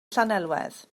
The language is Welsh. llanelwedd